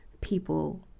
people